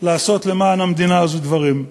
לעשות למען המדינה הזאת דברים.